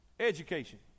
Education